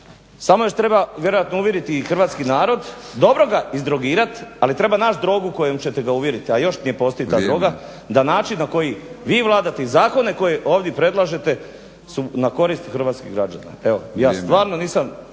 samo još treba vjerojatno uvjeriti i hrvatski narod, dobro ga izdrogirati, ali treba naći drogu kojom ćete ga uvjeriti, a još nije …/Ne razumije se./… da način na koji vi vladate, i zakone koje ovdje predlažete su na korist hrvatskih građana. **Batinić,